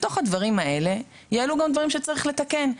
בתוך הדברים האלה, יעלו גם דברים שצריך לתקן.